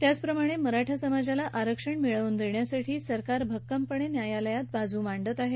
त्याचप्रमाणे मराठा समाजाला आरक्षण देण्यासाठी सरकार भक्कमपणे न्यायालयात आपली बाजू मांडत आहे